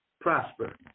prosper